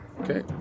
Okay